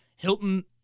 Hilton